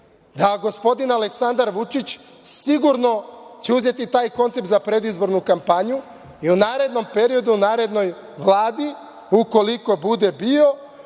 da gospodin Aleksandar Vučić sigurno će uzeti taj koncept za predizbornu kampanju i u narednom periodu, u narednoj Vladi ukoliko bude bio,